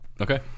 Okay